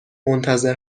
منتظر